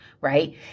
right